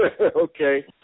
Okay